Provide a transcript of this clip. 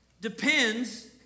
depends